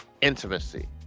intimacy